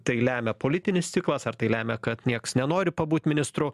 tai lemia politinis ciklas ar tai lemia kad nieks nenori pabūt ministru